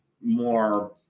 more